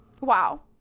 Wow